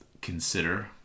consider